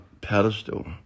pedestal